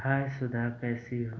हाय सुधा कैसी हो